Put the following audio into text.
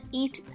eat